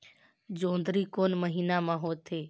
जोंदरी कोन महीना म होथे?